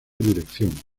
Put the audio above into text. dirección